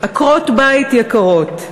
עקרות-בית יקרות,